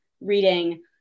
reading